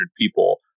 people